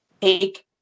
take